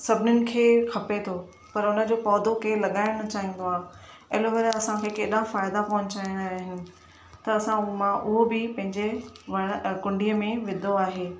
सभिनीनि खे खपे थो पर हुन जो पौधो केरु लॻाइणु न चाहींदो आहे एलोवेरा असां खे केॾा फ़ाइदा पहुचाइणु आहियूं त असां उहो बि मां पंहिंजे कुंॾीअ में विधो आहे